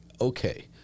okay